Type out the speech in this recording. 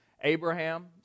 Abraham